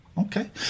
Okay